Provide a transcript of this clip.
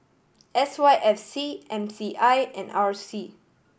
S Y F C M C I and R C